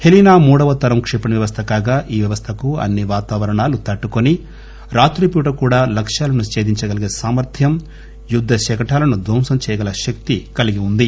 Helena మూడవతరం కిపణి వ్యవస్థ కాగా ఈ వ్యవస్థకు అన్ని వాతావరణాలు తట్టుకుని రాత్రి పూట కూడా లక్ష్యాలను ఛేదించగలిగే సామర్ద్యం యుద్ద శకటాలను ధ్వంసం చేయగల శక్తి కలిగివుంది